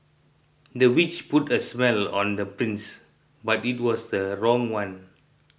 the witch put a spell on the prince but it was the wrong one